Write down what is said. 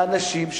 לאנשים,